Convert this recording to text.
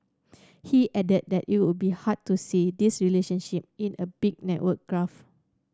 he added that it would be hard to see this relationship in a big network graph